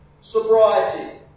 sobriety